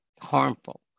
harmful